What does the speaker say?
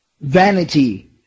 Vanity